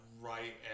right